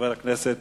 חבר הכנסת